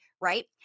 right